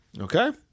Okay